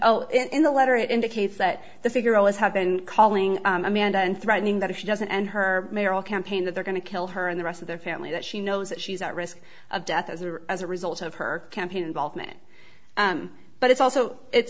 persecuted in the letter it indicates that the figure as have been calling amanda and threatening that if she doesn't end her mayoral campaign that they're going to kill her and the rest of their family that she knows that she's at risk of death as a as a result of her campaign involvement but it's also it's